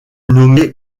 nommé